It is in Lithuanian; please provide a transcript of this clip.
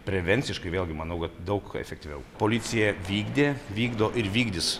prevenciškai vėlgi manau kad daug efektyviau policija vykdė vykdo ir vykdys